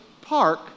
park